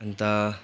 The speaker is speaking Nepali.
अन्त